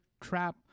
trap